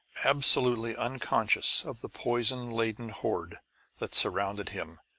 absolutely unconscious of the poison-laden horde that surrounded him,